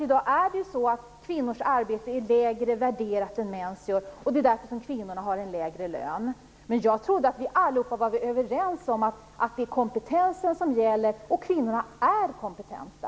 I dag är kvinnors arbete lägre värderat än mäns, och det är därför som kvinnorna har en lägre lön. Jag trodde att vi allihop var överens om det är kompetensen som gäller, och kvinnorna är kompetenta.